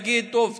יגיד: טוב,